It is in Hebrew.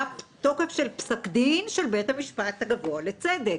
תוקף של פסק דין של בית המשפט הגבוה לצדק